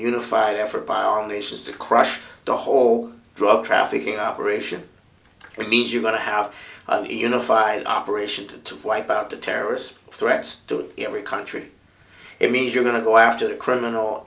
unified effort by all nations to crush the whole drug trafficking operation which means you want to have unified operation to wipe out the terrorist threats to every country it means you're going to go after the criminal